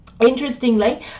Interestingly